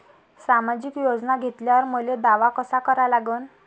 सामाजिक योजना घेतल्यावर मले दावा कसा करा लागन?